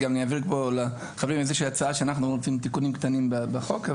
וגם אני אעביר לחברים איזושהי הצעה שאנחנו רוצים תיקונים קטנים בחוק.